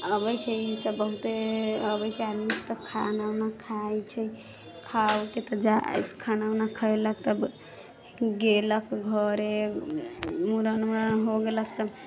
आबै छै ईसब बहुते अबै छै आदमीसब खाना उना खाइ छै खा उके तब जाइ खाना उना खैलक तब गेलक घरे मूड़न उड़न हो गेलक तऽ